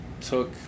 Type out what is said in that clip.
took